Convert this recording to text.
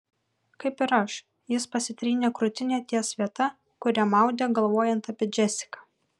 kaip ir aš jis pasitrynė krūtinę ties vieta kurią maudė galvojant apie džesiką